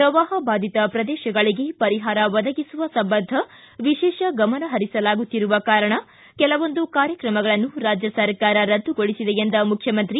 ಪ್ರವಾಹಬಾಧಿತ ಪ್ರದೇಶಗಳಿಗೆ ಪರಿಹಾರ ಒದಗಿಸುವ ಸಂಬಂಧ ವಿಶೇಷ ಗಮನ ಹರಿಸಲಾಗುತ್ತಿರುವ ಕಾರಣ ಕೆಲವೊಂದು ಕಾರ್ಯಕ್ರಮಗಳನ್ನು ರಾಜ್ಯ ಸರ್ಕಾರ ರದ್ದುಗೊಳಿಸಿದೆ ಎಂದ ಮುಖ್ಯಮಂತ್ರಿ